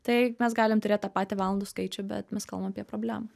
tai mes galim turėt tą patį valandų skaičių bet mes kalbame apie problemą